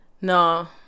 No